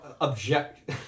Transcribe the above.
object